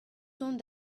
dont